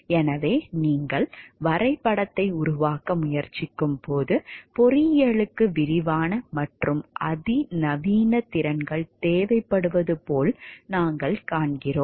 எனவே நீங்கள் வரைபடத்தை உருவாக்க முயற்சிக்கும்போது பொறியியலுக்கு விரிவான மற்றும் அதிநவீன திறன்கள் தேவைப்படுவது போல் நாங்கள் காண்கிறோம்